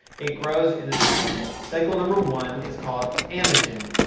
it grows in a cycle, cycle number one is called anagen.